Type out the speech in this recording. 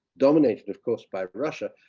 dominated of course by russia,